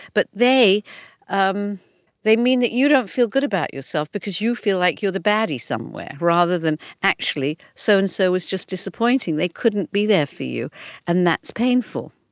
but they um they mean that you don't feel good about yourself because you feel like you're the baddie somewhere, rather than actually so-and-so so and so was just disappointing, they couldn't be there for you and that's painful.